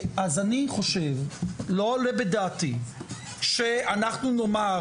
אז אני חושב לא עולה בדעתי שאנחנו נאמר